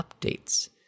updates